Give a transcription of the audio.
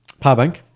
Powerbank